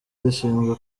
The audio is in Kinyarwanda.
rishinzwe